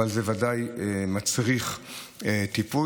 אבל זה ודאי מצריך טיפול,